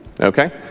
Okay